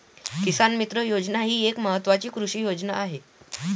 किसान मित्र योजना ही एक महत्वाची कृषी योजना आहे